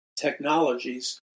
technologies